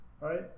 right